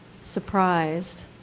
surprised